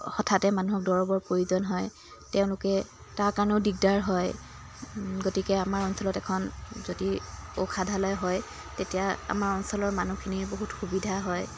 হঠাতে মানুহক দৰৱৰ প্ৰয়োজন হয় তেওঁলোকে তাৰ কাৰণেও দিগদাৰ হয় গতিকে আমাৰ অঞ্চলত এখন যদি ঔষাধালয় হয় তেতিয়া আমাৰ অঞ্চলৰ মানুহখিনিৰ বহুত সুবিধা হয়